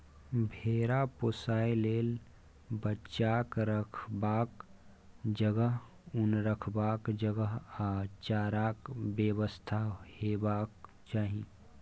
भेरा पोसय लेल बच्चाक रखबाक जगह, उन रखबाक जगह आ चाराक बेबस्था हेबाक चाही